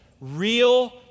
Real